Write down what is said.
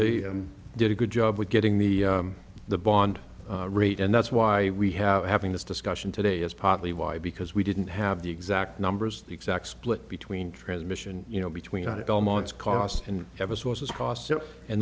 they did a good job with getting the the bond rate and that's why we have having this discussion today is partly why because we didn't have the exact numbers the exact split between transmission you know between i almost cost and ever sources cost and